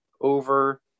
over